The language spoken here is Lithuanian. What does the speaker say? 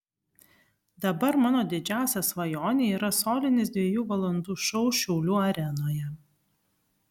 dabar mano didžiausia svajonė yra solinis dviejų valandų šou šiaulių arenoje